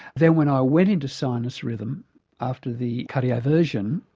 then when i went into sinus rhythm after the cardioversion,